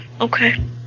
okay